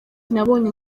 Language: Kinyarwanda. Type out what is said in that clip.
nabonye